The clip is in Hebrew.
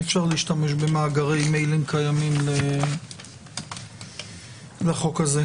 אי-אפשר להשתמש באגרי מיילים קיימים לחוק הזה.